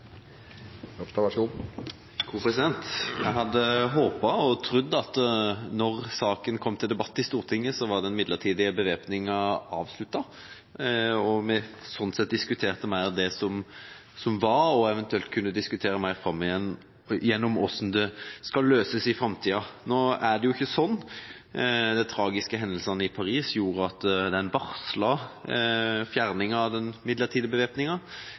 Jeg hadde håpet og trodd at når saken kom til debatt i Stortinget, var den midlertidige bevæpninga avsluttet, og at vi skulle diskutere det som hadde vært, og det som skal løses i framtida. Nå er det ikke sånn. De tragiske hendelsene i Paris gjorde at den varslede fjerninga av den midlertidige bevæpninga